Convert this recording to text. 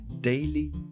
Daily